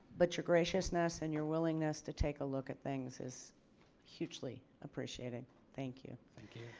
but your graciousness and your willingness to take a look at things is hugely appreciated. thank you. thank you.